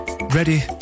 Ready